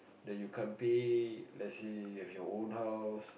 then you can't pay let's say you have your own house